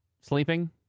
sleeping